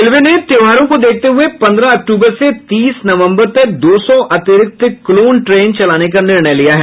railway ने त्योहारों को देखते हुये पंद्रह अक्तूबर से तीस नवंबर तक दो सौ अतिरिक्त क्लोन ट्रेन चलाने का निर्णय लिया है